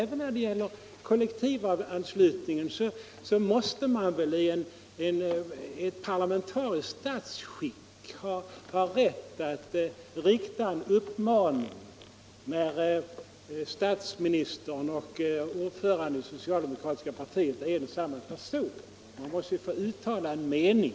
Även när det gäller en sådan fråga som kollektivanslutningen måste man väl i ett parlamentariskt statsskick ha rätt att rikta en uppmaning till regeringen när statsministern och ordföranden i socialdemokratiska partiet är en och samma person. Man måste få uttala en mening.